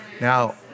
Now